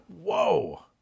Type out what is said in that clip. Whoa